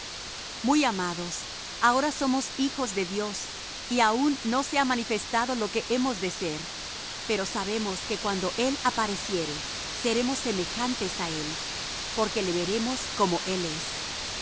muy amados ahora somos hijos de dios y aun no se ha manifestado lo que hemos de ser pero sabemos que cuando él apareciere seremos semejantes á él porque le veremos como él es